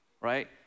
right